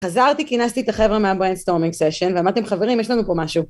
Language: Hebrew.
חזרתי כינסתי את החברה מה-brainstorming session, ועמדתי עם חברים, יש לנו פה משהו.